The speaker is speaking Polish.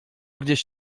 gdzieś